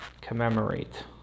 commemorate